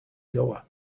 goa